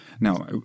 Now